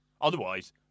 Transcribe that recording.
Otherwise